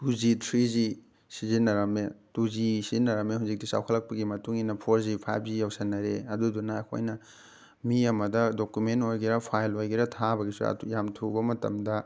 two G three G ꯁꯤꯖꯤꯟꯅꯔꯝꯃꯦ two G ꯁꯤꯖꯤꯟꯅꯔꯝꯃꯦ ꯍꯧꯖꯤꯛꯀꯤ ꯆꯥꯎꯈꯠꯂꯛꯄꯒꯤ ꯃꯇꯨꯡꯏꯟꯅ ꯐꯣꯔ ꯖꯤ ꯐꯥꯏꯚ ꯖꯤ ꯌꯧꯁꯟꯅꯔꯛꯑꯦ ꯑꯗꯨꯗꯨꯅ ꯑꯩꯈꯣꯏꯅ ꯃꯤ ꯑꯃꯗ ꯗꯣꯀꯨꯃꯦꯟ ꯑꯣꯏꯒꯦꯔꯥ ꯐꯥꯏꯜ ꯑꯣꯏꯒꯦꯔꯥ ꯊꯥꯕꯒꯤꯁꯨ ꯑꯗꯨꯛ ꯌꯥꯝ ꯊꯨꯕ ꯃꯇꯝꯗ